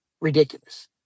ridiculous